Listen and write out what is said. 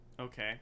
Okay